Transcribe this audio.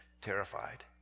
terrified